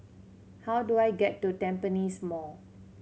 how do I get to Tampines Mall